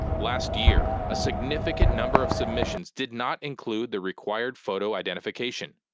last year, a significant number of submissions did not include the required photo identification.